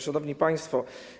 Szanowni Państwo!